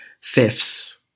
fifths